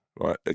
right